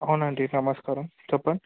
అవునండి నమస్కారం చెప్పండి